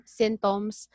symptoms